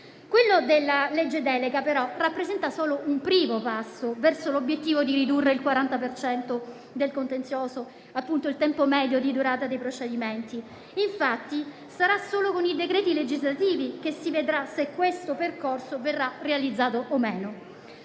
Quello della legge delega, però, rappresenta solo un primo passo verso l'obiettivo di ridurre il 40 per cento del contenzioso e, appunto, il tempo medio di durata dei procedimenti. Sarà infatti solo con i decreti legislativi che si vedrà se questo percorso verrà realizzato o no.